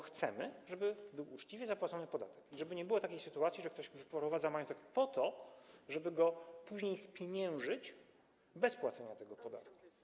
Chcemy tylko, żeby był uczciwie zapłacony podatek i żeby nie było takiej sytuacji, że ktoś wyprowadza majątek po to, żeby go później spieniężyć bez płacenia tego podatku.